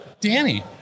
Danny